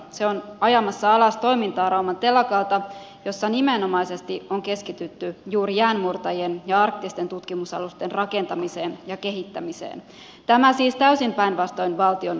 se on ajamassa alas toimintaa rauman telakalta jossa nimenomaisesti on keskitytty juuri jäänmurtajien ja arktisten tutkimusalusten rakentamiseen ja kehittämiseen tämä siis täysin päinvastoin valtion visioiden kanssa